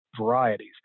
varieties